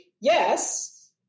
yes